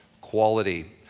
quality